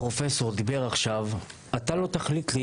הפרופסור דיבר עכשיו אתה לא תחליט לי.